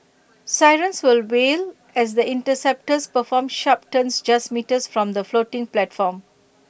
sirens will wail as the interceptors perform sharp turns just metres from the floating platform